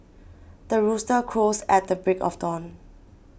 the rooster crows at the break of dawn